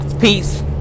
Peace